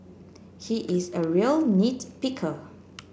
he is a real nit picker